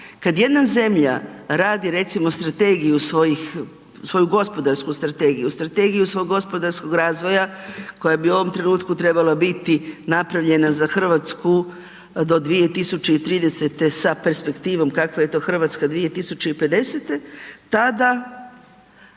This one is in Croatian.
Kad jedna zemlja radi recimo strategiju, svoju gospodarsku strategiju, strategiju svog gospodarskog razvoja koja bi u ovom trenutku trebala biti napravljena za Hrvatsku do 2030. sa perspektivom kakva je to Hrvatska 2050., tada